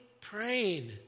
praying